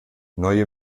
neue